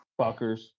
fuckers